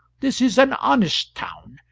this is an honest town,